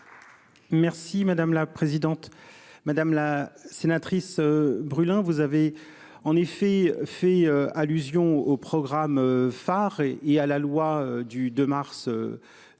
Merci madame la présidente, madame la sénatrice brûle hein vous avez. En effet fait allusion au programme phare et à la loi du 2 mars. 2022